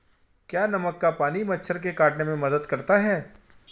क्या नमक का पानी मच्छर के काटने में मदद करता है?